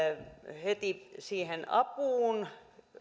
heti siihen apuun